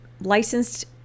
licensed